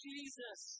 Jesus